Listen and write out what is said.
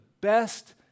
best